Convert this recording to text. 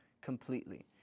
completely